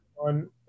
on